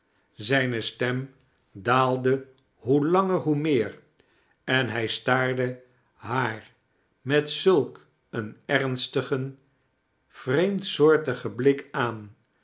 zijne stem daalde hoe langer hoe meer en hij staarde haar met zulk een emstigen vreemdsoortigen blik aan